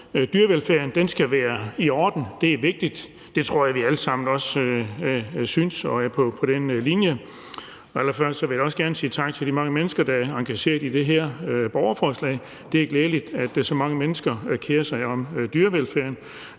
Dyrevelfærden skal være i orden, det er vigtigt. Det tror jeg også vi alle sammen synes, og jeg tror, at vi alle er med på den linje. Allerførst vil jeg da også gerne sige tak til de mange mennesker, der er engagerede i det her borgerforslag. Det er glædeligt, at så mange mennesker kerer sig om dyrevelfærden,